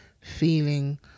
feeling